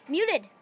Muted